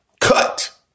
cut